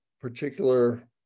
particular